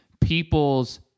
people's